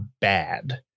bad